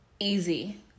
easy